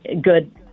good